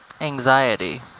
anxiety